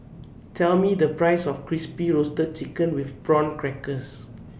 Tell Me The Price of Crispy Roasted Chicken with Prawn Crackers